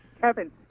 kevin